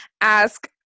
ask